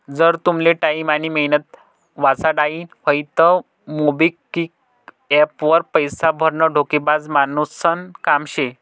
जर तुमले टाईम आनी मेहनत वाचाडानी व्हयी तं मोबिक्विक एप्प वर पैसा भरनं डोकेबाज मानुसनं काम शे